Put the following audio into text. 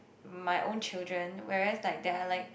my own children whereas like they are like